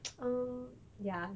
um ya